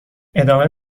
ادامه